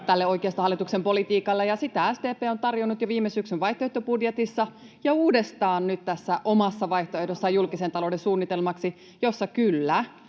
oikeistohallituksen politiikalle, ja sitä SDP on tarjonnut jo viime syksyn vaihtoehtobudjetissa ja uudestaan nyt tässä omassa vaihtoehdossaan julkisen talouden suunnitelmaksi, jossa, kyllä,